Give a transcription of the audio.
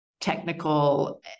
technical